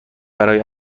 برای